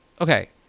Okay